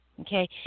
Okay